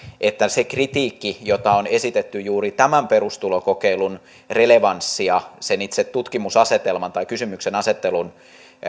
että se kritiikki jota on esitetty juuri tämän perustulokokeilun relevanssin ja sen itse tutkimusasetelman tai kysymyksenasettelun